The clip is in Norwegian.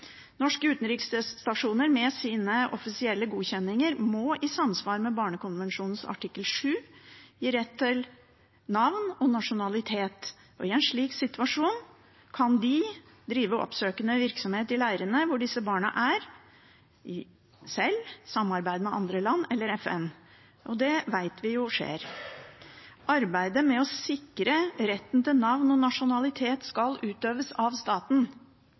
Norske utenriksstasjoner med sine offisielle godkjenninger må i samsvar med barnekonvensjonen artikkel 7 gi rett til navn og nasjonalitet, og i en slik situasjon kan de drive oppsøkende virksomhet i leirene hvor disse barna er, sjøl eller i samarbeid med andre land eller FN. Det vet vi skjer. Arbeidet med å sikre retten til navn og nasjonalitet skal utøves av staten.